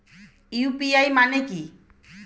UPI মানে কি?